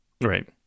Right